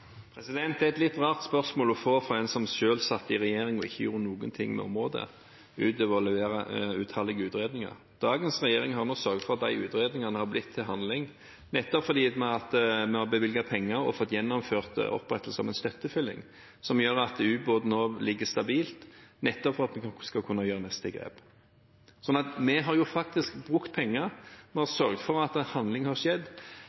Det er et litt rart spørsmål å få fra en som selv satt i en regjering og ikke gjorde noen ting med området, utover å levere utallige utredninger. Dagens regjering har nå sørget for at de utredningene har blitt til handling, fordi vi har bevilget penger og fått gjennomført opprettelse av en støttefylling som gjør at ubåten nå ligger stabilt, nettopp for at vi skal kunne gjøre neste grep. Vi har faktisk brukt penger, vi har sørget for at handling har skjedd.